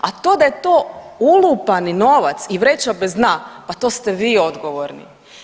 A to da je to ulupani novac i vreća bez dna pa to ste vi odgovorni.